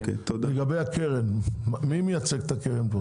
לגבי הקרן, מי מייצג את הקרן פה?